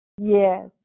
Yes